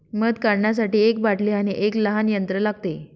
मध काढण्यासाठी एक बाटली आणि एक लहान यंत्र लागते